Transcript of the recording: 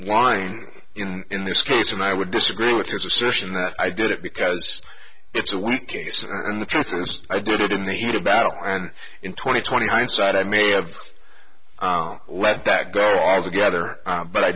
line in this case and i would disagree with his assertion that i did it because it's a weak case and i did it in the heat of battle and in twenty twenty hindsight i may have let that go altogether but i